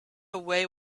away